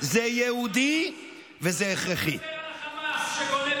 האחיין שלי בן ארבעה חודשים.